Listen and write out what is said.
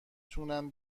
تونن